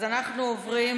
עוברים